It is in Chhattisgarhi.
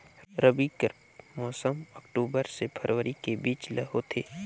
रबी कर मौसम अक्टूबर से फरवरी के बीच ल होथे